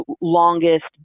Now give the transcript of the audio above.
longest